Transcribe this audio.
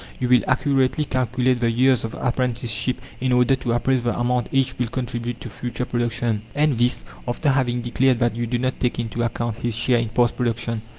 you will accurately calculate the years of apprenticeship in order to appraise the amount each will contribute to future production. and this after having declared that you do not take into account his share in past production.